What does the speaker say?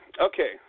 Okay